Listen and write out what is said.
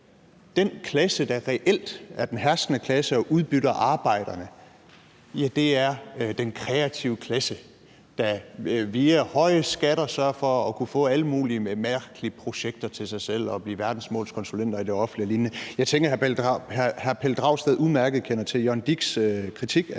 den klasse, der reelt er den herskende klasse og udbytter arbejderne, er den kreative klasse, der via høje skatter sørger for at kunne få alle mulige mærkelige projekter til sig selv og blive verdensmålskonsulenter i det offentlige og lignende. Jeg tænker, at hr. Pelle Dragsted udmærket kender til Jørgen Dichs kritik af